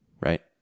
right